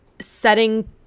setting